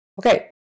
Okay